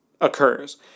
occurs